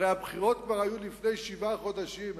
הרי הבחירות היו כבר לפני שבעה חודשים.